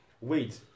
Wait